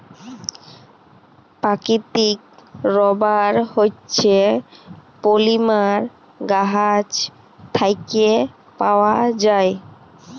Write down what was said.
পাকিতিক রাবার হছে পলিমার গাহাচ থ্যাইকে পাউয়া যায়